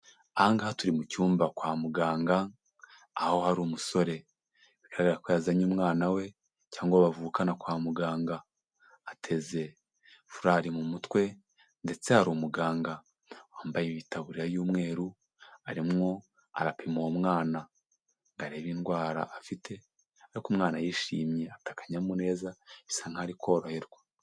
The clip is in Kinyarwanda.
Aha ngaha turi mu cyumba kwa muganga, aho hari umusore bigaragara ko yazanye umwana we, cyangwa bavukana kwa muganga. Ateze furari mu mutwe, ndetse hari umuganga wambaye itaburiya y'umweru, arimwo arapima uwo mwana; ngo areba indwara afite, ariko umwana yishimye afite akanyamuneza, bisa nkaho ari koroherwa.